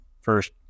first